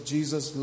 Jesus